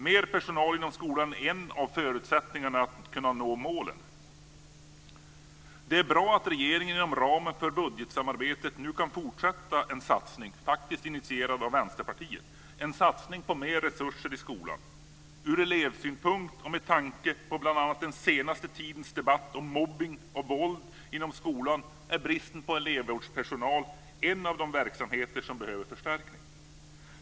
Mer personal inom skolan är en av förutsättningarna för att kunna nå målen. Det är bra att regeringen inom ramen för budgetsamarbetet nu kan fortsätta en satsning, faktiskt initierad av Vänsterpartiet, på mer resurser i skolan. Ur elevsynpunkt och med tanke på bl.a. den senaste tidens debatt om mobbning och våld inom skolan är bristen på elevvårdspersonal ett av de områden där det behövs förstärkning.